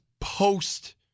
post